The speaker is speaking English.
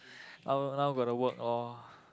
oh now gotta work all